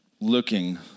looking